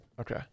Okay